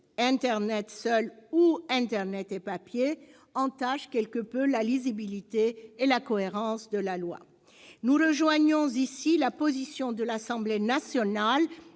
internet seul ou internet et papier -, entache la lisibilité et la cohérence de la loi. Nous rejoignons ici la position de l'Assemblée nationale